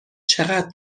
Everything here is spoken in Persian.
چقدر